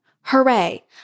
Hooray